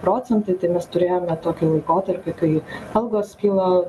procentai tai mes turėjome tokį laikotarpį kai algos kyla